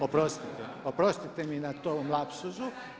Oprostite, oprostite mi na tom lapsusu.